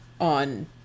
on